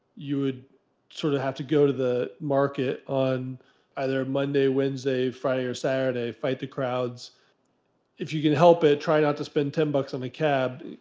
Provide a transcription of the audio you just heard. you would sort of have to go to the market on either monday, wednesday, friday or saturday, fight the crowds, and if you can help it, try not to spend ten bucks on a cab